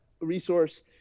resource